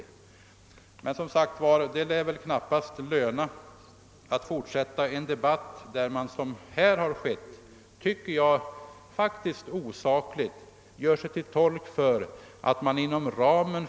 Men det lär knappast löna sig att fortsätta denna debatt när man — som här skett — har mage att framföra rent osakliga argument.